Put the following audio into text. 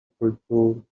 people